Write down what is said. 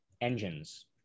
Engines